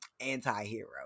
anti-hero